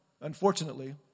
unfortunately